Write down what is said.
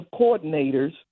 coordinators